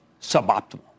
Suboptimal